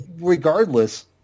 regardless